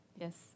Yes